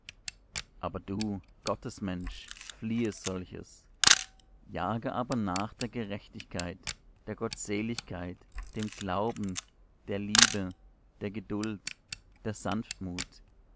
aber du gottesmensch fliehe solches jage aber nach der gerechtigkeit der gottseligkeit dem glauben der liebe der geduld der sanftmut